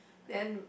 then